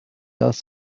das